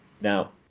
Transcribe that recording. now